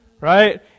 Right